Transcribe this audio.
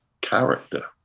character